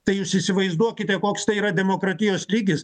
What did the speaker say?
tai jūs įsivaizduokite koks tai yra demokratijos lygis